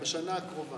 בשנה הקרובה.